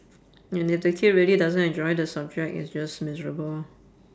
and if the kid really doesn't enjoy the subject it's just miserable